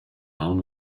down